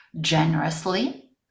generously